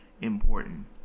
important